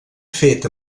fet